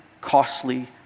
costly